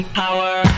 power